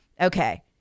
Okay